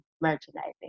merchandising